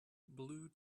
blew